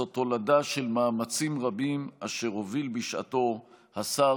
זו תולדה של מאמצים רבים אשר הוביל בשעתו השר